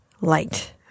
light